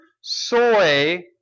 soy